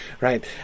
Right